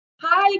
Hi